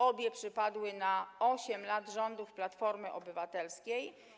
Obie przypadły na 8 lat rządów Platformy Obywatelskiej.